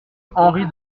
henry